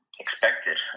expected